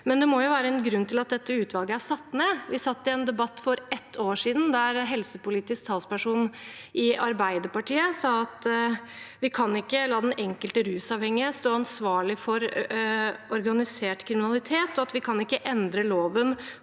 det. Det må jo være en grunn til at dette utvalget er satt ned. Vi satt i en debatt for ett år siden der helsepolitisk talsperson i Arbeiderpartiet sa at vi ikke kan la den enkelte rusavhengige stå ansvarlig for organisert kriminalitet, og at vi ikke kan endre loven